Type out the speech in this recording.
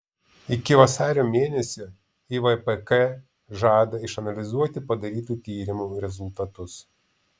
iki vasario mėnesio ivpk žada išanalizuoti padarytų tyrimų rezultatus